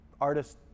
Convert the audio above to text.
artists